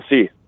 see